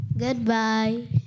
Goodbye